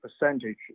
percentage